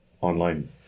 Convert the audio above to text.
online